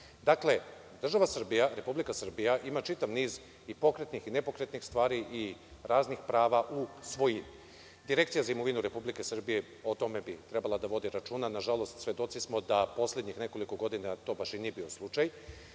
država Srbija, Republika Srbija ima čitav niz i pokretnih i nepokretnih stvari i raznih prava u svojini. Direkcija za imovinu Republike Srbije o tome bi trebala da vodi računa. Nažalost, svedoci smo da poslednjih nekoliko godina to baš i nije bio slučaj.